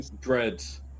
Dreads